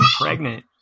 pregnant